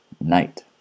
night